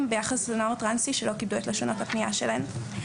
ביחס לנערים טרנסים שלא כיבדו את לשונות הפנייה שלהם.